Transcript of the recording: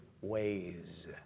ways